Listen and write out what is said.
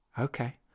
Okay